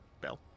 Bell